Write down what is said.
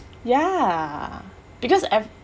ya because ev~